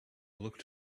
looked